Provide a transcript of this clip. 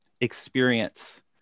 experience